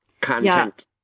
content